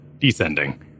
descending